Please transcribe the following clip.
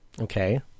Okay